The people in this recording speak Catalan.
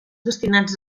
destinats